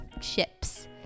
chips